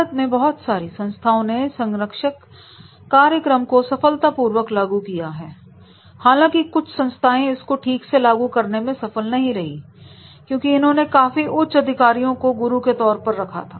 भारत में बहुत सारी संस्थाओं ने संरक्षक कार्यक्रम को सफलतापूर्वक लागू किया है हालांकि कुछ संस्थाएं इसको ठीक से लागू करने में सफल नहीं रही क्योंकि इन्होंने कॉफी उच्च अधिकारियों को गुरु के तौर पर रखा था